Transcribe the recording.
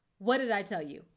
what did i tell you.